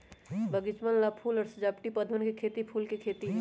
बगीचवन ला फूल और सजावटी पौधवन के खेती फूल के खेती है